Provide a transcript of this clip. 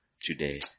today